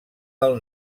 del